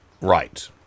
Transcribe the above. right